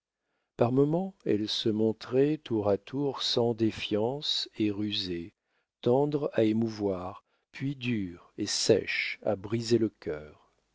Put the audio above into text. par moments elle se montrait tour à tour sans défiance et rusée tendre à émouvoir puis dure et sèche à briser le cœur